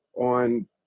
on